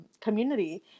community